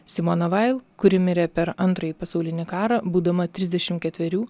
simona vail kuri mirė per antrąjį pasaulinį karą būdama trisdešimt ketverių